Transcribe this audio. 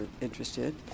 interested